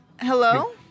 Hello